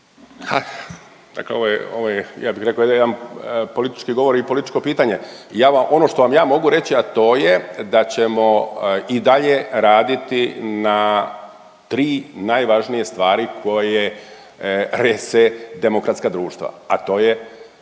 je, ovo je ja bih rekao jedan, jedan politički govor i političko pitanje. I ja vam, ono što vam ja mogu reći, a to je da ćemo i dalje raditi na 3 najvažnije stvari koje rese demokratska društva, a to je